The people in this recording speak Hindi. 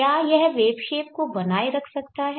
क्या यह वेव शेप को बनाए रख सकता है